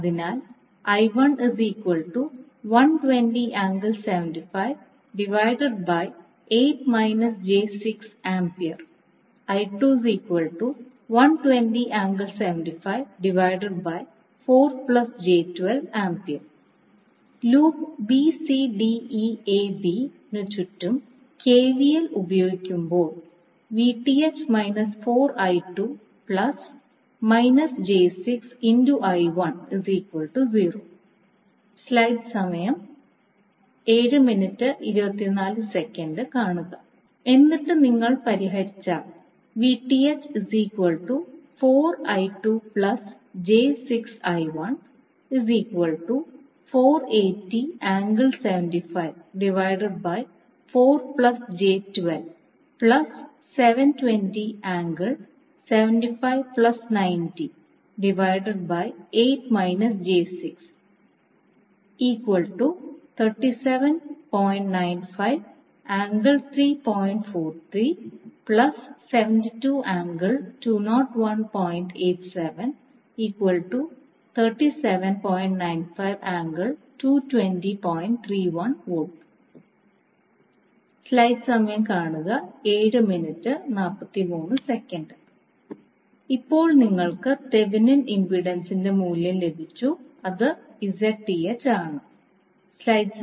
അതിനാൽ loop bcdeab ന് ചുറ്റും കെവിഎൽ ഉപയോഗിക്കുമ്പോൾ എന്നിട്ട് നിങ്ങൾ പരിഹരിച്ചാൽ ഇപ്പോൾ നിങ്ങൾക്ക് തെവെനിൻ ഇംപെഡൻസിന്റെ മൂല്യം ലഭിച്ചു അത് Zth ആണ്